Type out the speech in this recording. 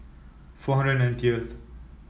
four hundred and ninety th